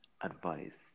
advice